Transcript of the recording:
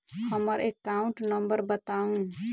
हम्मर account number बताऊ?